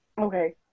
Okay